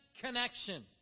connection